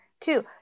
Two